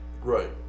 Right